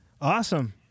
Awesome